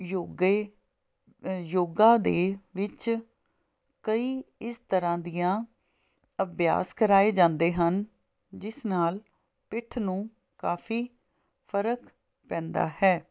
ਯੋਗੇ ਯੋਗਾ ਦੇ ਵਿੱਚ ਕਈ ਇਸ ਤਰ੍ਹਾਂ ਦੀਆਂ ਅਭਿਆਸ ਕਰਵਾਏ ਜਾਂਦੇ ਹਨ ਜਿਸ ਨਾਲ ਪਿੱਠ ਨੂੰ ਕਾਫੀ ਫਰਕ ਪੈਂਦਾ ਹੈ